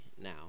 now